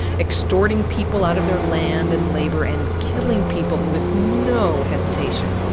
extorting people out of their land and labor. and killing people with no hesitation.